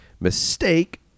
mistake